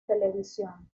televisión